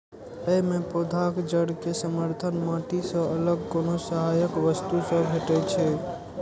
अय मे पौधाक जड़ कें समर्थन माटि सं अलग कोनो सहायक वस्तु सं भेटै छै